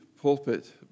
pulpit